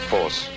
Force